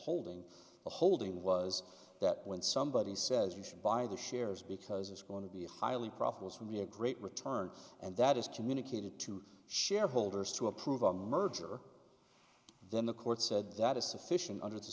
holding the holding was that when somebody says you should buy the shares because it's going to be highly profitable for me a great return and that is communicated to shareholders to approve a merger then the court said that is sufficient under the